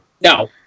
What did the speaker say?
No